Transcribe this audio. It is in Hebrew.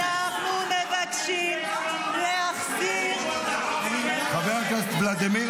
אנחנו מבקשים להחזיר חבר הכנסת ולדימיר,